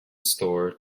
store